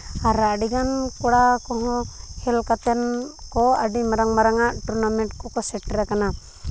ᱟᱨ ᱟᱹᱰᱤᱜᱟᱱ ᱠᱚᱲᱟ ᱠᱚᱦᱚᱸ ᱠᱷᱮᱞ ᱠᱟᱛᱮᱱ ᱠᱚ ᱟᱹᱰᱤ ᱢᱟᱨᱟᱝ ᱢᱟᱨᱟᱝ ᱟᱜ ᱴᱩᱨᱱᱟᱢᱮᱱᱴ ᱠᱚᱠᱚ ᱥᱮᱴᱮᱨ ᱠᱟᱱᱟ